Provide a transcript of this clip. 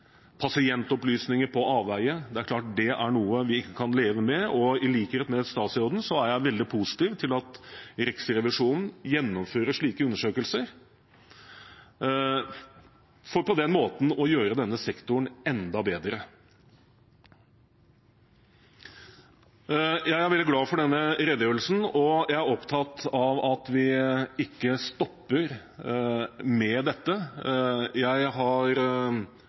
pasientopplysninger på avveier – det er klart det er noe vi ikke kan leve med. I likhet med statsråden er jeg veldig positiv til at Riksrevisjonen gjennomfører slike undersøkelser for på den måten å gjøre denne sektoren enda bedre. Jeg er veldig glad for denne redegjørelsen, og jeg er opptatt av at vi ikke stopper med dette. Jeg har